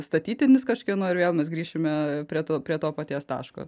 statytinis kažkieno ir vėl mes grįšime prie to prie to paties taško